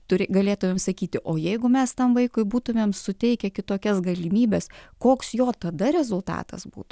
turi galėtumėm sakyti o jeigu mes tam vaikui būtumėm suteikę kitokias galimybes koks jo tada rezultatas būtų